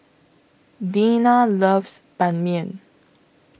Deanna loves Ban Mian